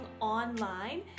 online